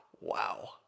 Wow